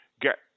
get